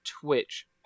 Twitch